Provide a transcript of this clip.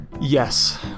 yes